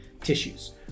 tissues